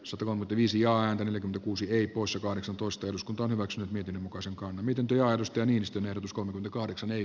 sato on viisi ja yli kuusi ei koossa kahdeksantoista eduskunta hyväksyy miten muka silkkaa miten työ aidosti niinistön ehdotus kolme kahdeksan ei